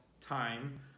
time